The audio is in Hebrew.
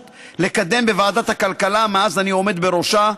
לקדם בוועדת הכלכלה מאז אני עומד בראשה,